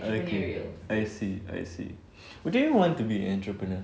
okay I see I see would you want to be an entrepreneur